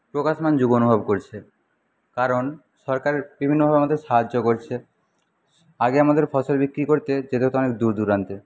প্রকাশমান করছে কারণ সরকার বিভিন্নভাবে আমাদের সাহায্য করছে আগে আমাদের ফসল বিক্রি করতে যেতে হত অনেক দূরদূরান্তে